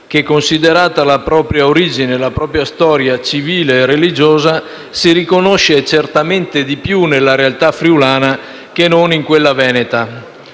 che, considerata la propria origine e la propria stona civile e religiosa, si riconosce certamente di più nella realtà friulana che in quella veneta.